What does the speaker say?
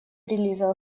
релиза